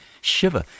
shiver